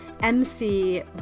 MC